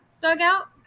dugout